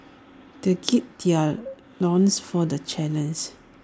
they gird their loins for the challenge